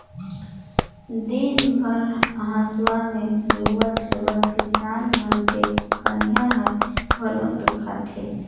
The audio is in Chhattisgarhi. दिन भर हंसुआ में लुवत लुवत किसान मन के कनिहा ह घलो दुखा थे